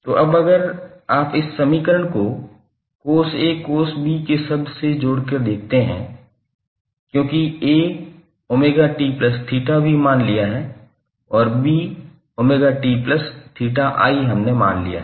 तो अब अगर आप इस समीकरण को cos A cos B के शब्द से जोड़कर देखते हैं क्योंकि A 𝜔𝑡𝜃𝑣 मान लिया है और B 𝜔𝑡𝜃i हमने मान लिया है